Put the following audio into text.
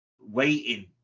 waiting